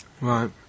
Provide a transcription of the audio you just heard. Right